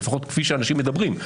או לפחות כפי שאנשים מדברים,